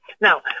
Now